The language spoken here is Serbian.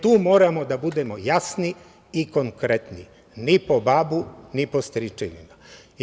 Tu moramo da budemo jasni i konkretni – ni po babu, ni po stričevima.